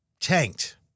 tanked